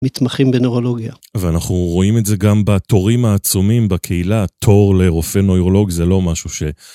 מתמחים בנוירולוגיה. ואנחנו רואים את זה גם בתורים העצומים בקהילה, תור לרופא נוירולוג זה לא משהו ש...